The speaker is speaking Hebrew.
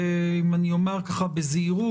אם אני אומר ככה בזהירות,